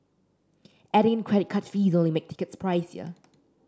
adding in credit card fees only make tickets pricier